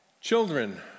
Children